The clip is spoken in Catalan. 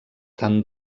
tant